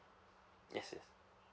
yes yes